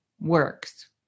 works